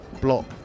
Block